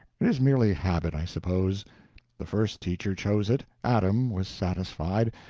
it is merely habit, i suppose the first teacher chose it, adam was satisfied,